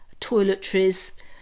toiletries